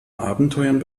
abenteuern